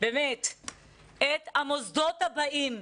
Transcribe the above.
את המוסדות הבאים,